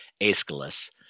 Aeschylus